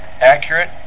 accurate